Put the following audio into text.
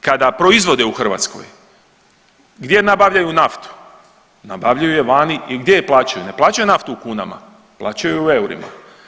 kada proizvode u Hrvatskoj, gdje nabavljaju naftu, nabavljaju je vani i gdje je plaćaju, ne plaćaju naftu u kunama, plaćaju ju u eurima.